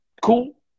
Cool